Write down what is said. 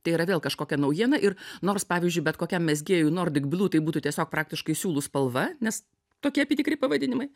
tai yra vėl kažkokia naujiena ir nors pavyzdžiui bet kokiam mezgėjui nordic blue tai būtų tiesiog praktiškai siūlų spalva nes tokie apytikriai pavadinimai